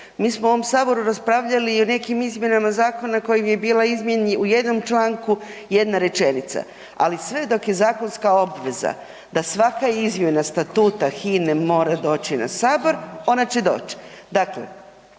mi smo u ovom Saboru raspravljali o nekim izmjenama zakona kojim je bila izmjena u jednom članku jedna rečenica. Ali sve dok je zakonska obveza da svaka izmjena statuta HINA-e mora doći na Sabor, ona će doć.